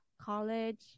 college